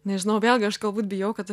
nežinau vėlgi aš galbūt bijau kad